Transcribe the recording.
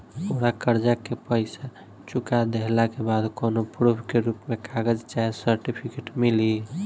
पूरा कर्जा के पईसा चुका देहला के बाद कौनो प्रूफ के रूप में कागज चाहे सर्टिफिकेट मिली?